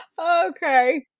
Okay